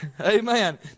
Amen